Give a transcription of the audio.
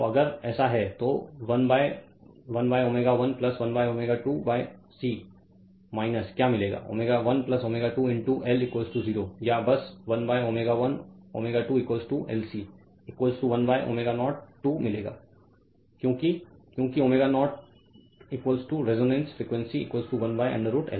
Refer Slide Time 3203 तो अगर ऐसा है तो 11ω 1 1ω2 C क्या मिलेगा ω 1 ω2 ईंटो L 0 या बस 1ω 1 ω2 LC 1ω0 2 मिलेगा क्योंकि क्योंकि ω0 रेजोनेंस फ्रीक्वेंसी 1 √LC